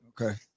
Okay